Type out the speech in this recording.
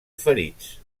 ferits